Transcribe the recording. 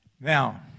Now